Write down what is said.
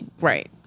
Right